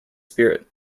spirit